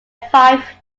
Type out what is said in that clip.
five